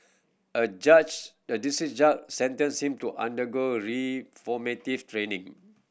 a judge a district judge sentenced him to undergo reformative training